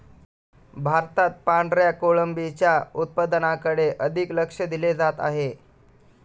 भारतात पांढऱ्या कोळंबीच्या उत्पादनाकडे अधिक लक्ष दिले जात आहे